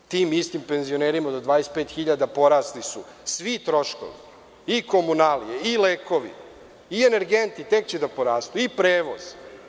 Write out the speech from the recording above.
Tim istim penzionerima do 25.000 porasli su svi troškovi, i komunalije, i lekovi, i energenti, tek će da porastu, i prevoz.